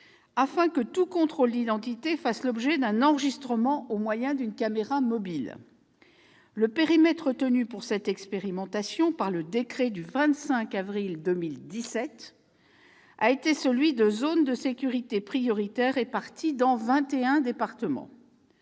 afin que tout contrôle d'identité fasse l'objet d'un enregistrement au moyen d'une caméra mobile. Le périmètre retenu pour cette expérimentation par le décret du 25 avril 2017 a été celui de zones de sécurité prioritaire réparties dans 21 départements.